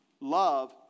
Love